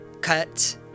cut